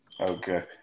Okay